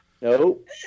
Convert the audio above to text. Nope